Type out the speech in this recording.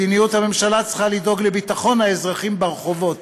מדיניות הממשלה צריכה לדאוג לביטחון האזרחים ברחובות,